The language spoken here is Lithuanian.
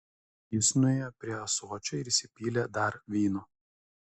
jis nuėjo prie ąsočio ir įsipylė dar vyno